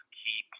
key